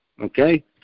okay